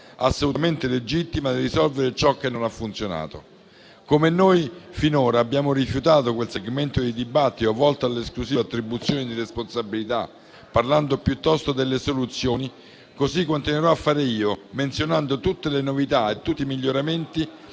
assolutamente legittima, di risolvere ciò che non ha funzionato. Come noi finora abbiamo rifiutato quel segmento di dibattito volto all'esclusiva attribuzione di responsabilità, parlando piuttosto delle soluzioni, così continuerò a fare io, menzionando tutte le novità e tutti i miglioramenti